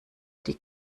die